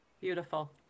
beautiful